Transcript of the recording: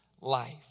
life